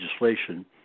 legislation